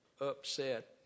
upset